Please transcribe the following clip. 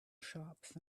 shops